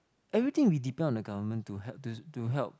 everything we depend on the government to help to to help